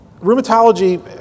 Rheumatology